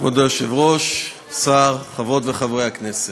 היושבת-ראש, השר, חברות וחברי הכנסת,